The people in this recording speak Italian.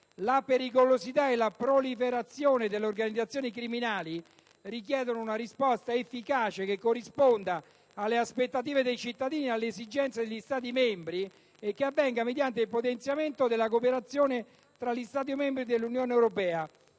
la pericolosità e la proliferazione delle organizzazioni criminali richiedono una risposta efficace, che corrisponda alle aspettative dei cittadini ed alle esigenze degli Stati membri, e che avvenga mediante il potenziamento della cooperazione tra gli Stati membri dell'Unione europea.